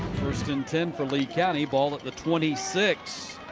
first and ten for lee county. ball at the twenty six.